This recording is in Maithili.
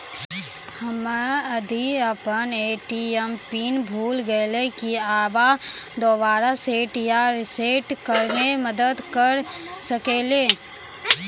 हम्मे यदि अपन ए.टी.एम पिन भूल गलियै, की आहाँ दोबारा सेट या रिसेट करैमे मदद करऽ सकलियै?